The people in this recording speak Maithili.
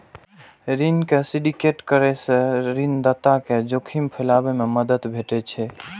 ऋण के सिंडिकेट करै सं ऋणदाता कें जोखिम फैलाबै मे मदति भेटै छै